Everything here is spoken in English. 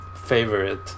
favorite